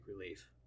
relief